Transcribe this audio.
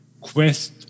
quest